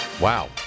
Wow